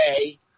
okay